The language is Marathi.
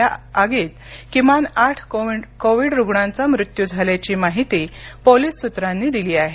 यात किमान आठ कोविड रुग्णांचा मृत्यू झाल्याची माहिती पोलिस सूत्रांनी दिली आहे